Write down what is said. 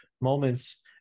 moments